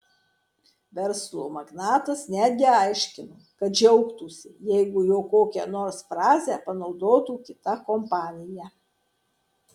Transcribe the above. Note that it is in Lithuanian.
verslo magnatas netgi aiškino kad džiaugtųsi jeigu jo kokią nors frazę panaudotų kita kompanija